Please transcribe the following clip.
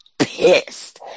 pissed